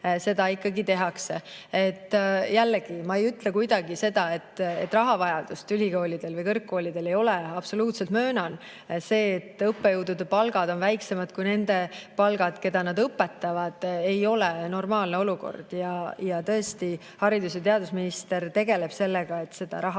seda tehakse. Jällegi, ma ei ütle kuidagi seda, et rahavajadust ülikoolidel või kõrgkoolidel ei ole. Absoluutselt möönan: see, et õppejõudude palgad on väiksemad kui nende palgad, keda nad õpetavad, ei ole normaalne olukord. Ja tõesti, haridus‑ ja teadusminister tegeleb sellega, et seda raha